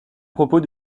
propos